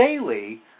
daily